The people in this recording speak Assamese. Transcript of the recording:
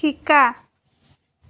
শিকা